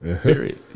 Period